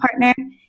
partner